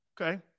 okay